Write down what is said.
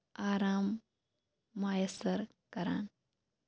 آرام میسّر کران